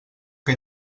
que